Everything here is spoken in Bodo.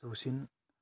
जौसिन